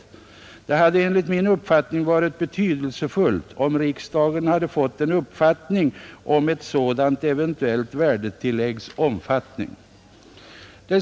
Det hade enligt min uppfattning varit betydelsefullt, om riksdagen hade fått en uppfattning om ett sådant eventuellt värdetilläggs omfattning.